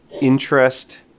interest